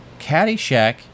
Caddyshack